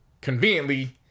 conveniently